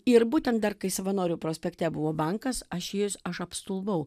ir būtent dar kai savanorių prospekte buvo bankas aš įėjus aš apstulbau